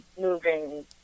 moving